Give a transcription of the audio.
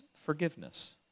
forgiveness